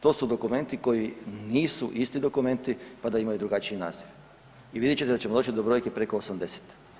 To su dokumenti nisu isti dokumenti pa da imaju drugačiji naziv i vidjet ćete da ćemo doći do brojke preko 80.